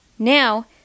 Now